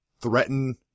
threaten